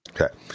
Okay